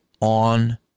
on